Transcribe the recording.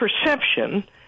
perception